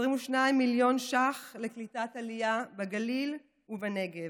22 מיליון ש"ח לקליטת עלייה בגליל ובנגב,